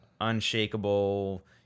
unshakable